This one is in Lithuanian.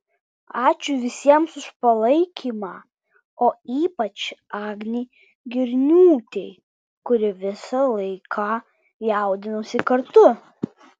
ačiū visiems už palaikymą o ypač agnei girniūtei kuri visą laiką jaudinosi kartu